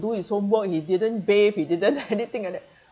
do his homework he didn't bathe he didn't anything like that